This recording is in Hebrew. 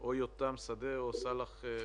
או יותם שדה או סאלח חוטבא.